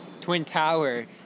twin-tower